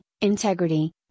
integrity